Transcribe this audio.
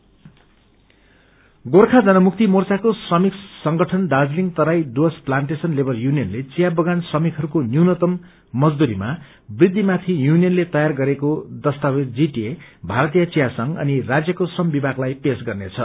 GJMM Gorkha जनमुक्ति मोर्चाको श्रमिक संगठन दार्जीलिङ तराई डुर्वस प्लान्टेश्न लेवर युनियनले वियाबगान श्रमिकहरूको न्यूनतम मजदुरीमा बृद्धि माथि युनियनले तैयार गरेको दस्तावेज जीटीए भारतीय चिया संघ अनि राज्यको श्रम विभागताई पेश गर्नेछ